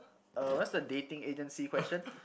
uh where's the dating agency question